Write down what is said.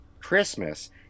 Christmas